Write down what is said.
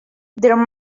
there